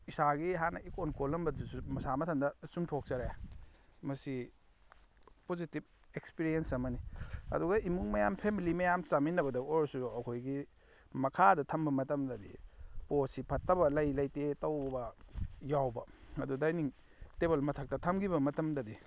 ꯏꯁꯥꯒꯤ ꯍꯥꯟꯅ ꯏꯀꯣꯟ ꯀꯣꯜꯂꯝꯕꯗꯨꯁꯨ ꯃꯁꯥ ꯃꯊꯟꯇ ꯆꯨꯝꯊꯣꯛꯆꯔꯛꯑꯦ ꯃꯁꯤ ꯄꯣꯁꯤꯇꯤꯞ ꯑꯦꯛꯁꯄꯤꯔꯤꯌꯦꯟꯁ ꯑꯃꯅꯤ ꯑꯗꯨꯒ ꯏꯃꯨꯡ ꯃꯌꯥꯝ ꯐꯦꯃꯤꯂꯤ ꯃꯌꯥꯝ ꯆꯥꯃꯤꯟꯅꯕꯗ ꯑꯣꯏꯔꯁꯨ ꯑꯩꯈꯣꯏꯒꯤ ꯃꯈꯥꯗ ꯊꯝꯕ ꯃꯇꯝꯗꯗꯤ ꯄꯣꯠꯁꯤ ꯐꯠꯇꯕ ꯂꯩ ꯂꯩꯇꯦ ꯇꯧꯕ ꯌꯥꯎꯕ ꯑꯗꯨ ꯗꯥꯏꯅꯤꯡ ꯇꯦꯕꯜ ꯃꯊꯛꯇ ꯊꯝꯈꯤꯕ ꯃꯇꯝꯗꯗꯤ